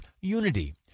unity